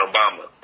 Obama